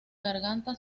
garganta